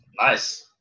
nice